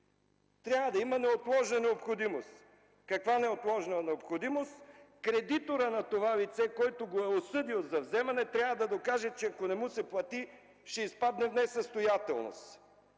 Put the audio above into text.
Трябва да има неотложна необходимост! Каква неотложна необходимост? Кредиторът на това лице, който го е осъдил за вземане трябва да докаже, че ако не му се плати, ще изпадне в несъстоятелност.